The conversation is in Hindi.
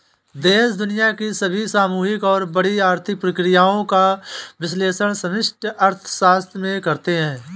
देश दुनिया की सभी सामूहिक और बड़ी आर्थिक क्रियाओं का विश्लेषण समष्टि अर्थशास्त्र में करते हैं